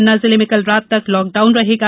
पन्ना जिले में कल रात तक लॉकडाउन रहेगा